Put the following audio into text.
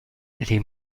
lee